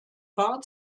bahr